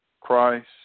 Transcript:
Christ